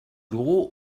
dugu